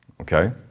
Okay